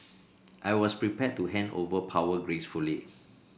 I was prepared to hand over power gracefully